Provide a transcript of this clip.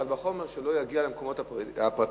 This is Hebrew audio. קל וחומר שלא יגיעו למקומות הפרטיים.